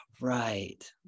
right